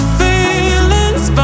feelings